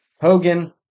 Hogan